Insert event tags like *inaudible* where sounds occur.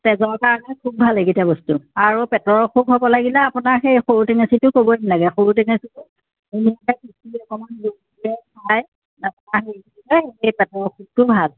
তেজৰ কাৰণে খুব ভাল এইকেইটা বস্তু আৰু পেটৰ অসুখ হ'ব লাগিলে আপোনাৰ সেই সৰু টেঙেচীটো ক'বই নেলাগে সৰু টেঙেচীটো *unintelligible* অকণমান লৈ পেলাই খাই এনেকৈ হেৰি কৰিলে সেই পেটৰ অসুখটো ভাল